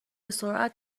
سرعت